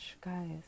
guys